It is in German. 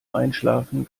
einschlafen